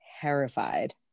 terrified